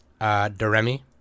Doremi